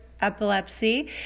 epilepsy